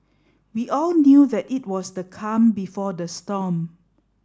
we all knew that it was the calm before the storm